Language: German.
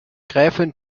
gräfin